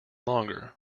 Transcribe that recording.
longer